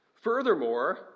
Furthermore